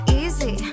easy